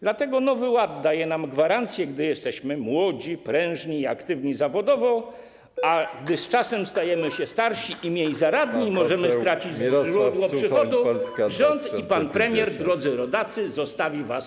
Dlatego nowy ład daje nam gwarancję, gdy jesteśmy młodzi, prężni i aktywni zawodowo, [[Dzwonek, oklaski]] a gdy z czasem stajemy się starsi i mniej zaradni, możemy stracić źródło przychodu, rząd i pan premier, drodzy rodacy, zostawią was na lodzie.